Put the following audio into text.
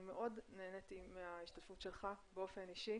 אני מאוד נהניתי מההשתתפות שלך באופן אישי,